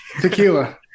tequila